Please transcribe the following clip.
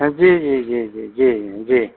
हाँ जी जी जी जी जी हाँ जी